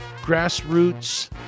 Grassroots